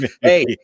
Hey